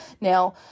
Now